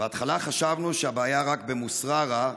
"בהתחלה חשבנו שהבעיה רק במוסררה,